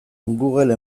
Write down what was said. google